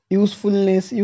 usefulness